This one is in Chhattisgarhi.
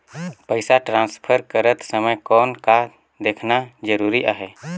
पइसा ट्रांसफर करत समय कौन का देखना ज़रूरी आहे?